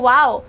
Wow